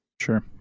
Sure